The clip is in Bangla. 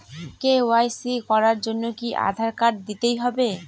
কে.ওয়াই.সি করার জন্য কি আধার কার্ড দিতেই হবে?